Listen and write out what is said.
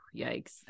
yikes